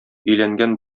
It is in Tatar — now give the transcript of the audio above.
өйләнгән